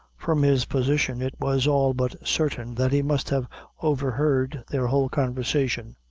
from his position, it was all but certain that he must have overheard their whole conversation.